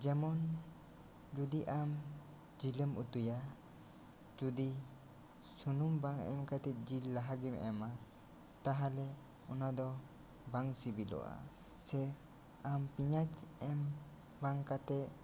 ᱡᱮᱢᱚᱱ ᱡᱩᱫᱤ ᱟᱢ ᱡᱤᱞ ᱮᱢ ᱩᱛᱩᱭᱟ ᱡᱩᱫᱤ ᱥᱩᱱᱩᱢ ᱵᱟᱝ ᱮᱢ ᱠᱟᱛᱮ ᱡᱤᱞ ᱞᱟᱦᱟ ᱜᱮᱢ ᱮᱢᱟ ᱛᱟᱦᱚᱞᱮ ᱚᱱᱟ ᱫᱚ ᱵᱟᱝ ᱥᱤᱵᱤᱞᱚᱜᱼᱟ ᱥᱮ ᱟᱢ ᱯᱮᱭᱟᱸᱡᱽ ᱵᱟᱝ ᱮᱢ ᱠᱟᱛᱮ ᱞᱟᱦᱟ